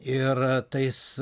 ir tais